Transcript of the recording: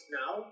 now